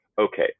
Okay